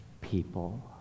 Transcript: people